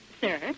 sir